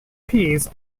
peas